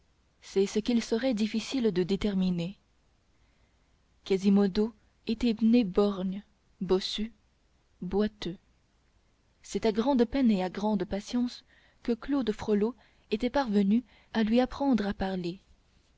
c'est ce qu'il serait difficile de déterminer quasimodo était né borgne bossu boiteux c'est à grande peine et à grande patience que claude frollo était parvenu à lui apprendre à parler